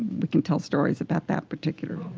we can tell stories about that particular